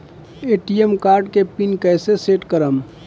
ATM card के pin कैसे set करम?